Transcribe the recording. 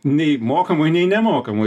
nei mokamoj nei nemokamoj